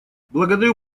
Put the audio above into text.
благодарю